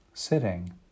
sitting